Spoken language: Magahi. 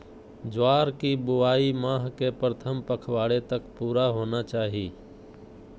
ज्वार की बुआई माह के प्रथम पखवाड़े तक पूरा होना चाही